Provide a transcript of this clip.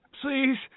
Please